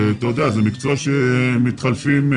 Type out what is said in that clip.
זה מקצוע שמתחלפים.